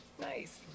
Nice